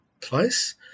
place